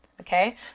Okay